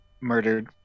murdered